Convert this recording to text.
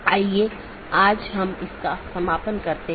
इसके साथ ही आज अपनी चर्चा समाप्त करते हैं